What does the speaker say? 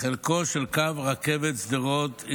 הוא קו חשוף